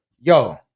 Yo